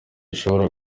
ishobora